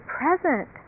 present